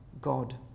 God